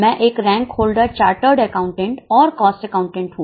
मैं एक rank holder chartered accountant और कॉस्ट अकाउंटेंट हूं